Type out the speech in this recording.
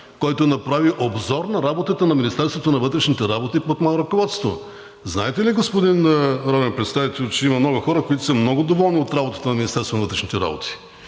който направи обзор на работата на Министерството на вътрешните работи под мое ръководство. Знаете ли, господин народен представител, че има много хора, които са много доволни от работата на Министерството на вътрешните работи,